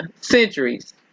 centuries